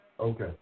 Okay